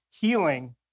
healing